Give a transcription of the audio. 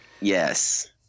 yes